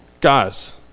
guys